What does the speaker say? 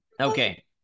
okay